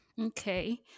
okay